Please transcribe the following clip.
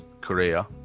Korea